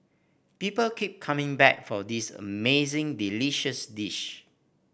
people keep coming back for this amazingly delicious dish